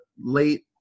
late